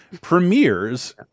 premieres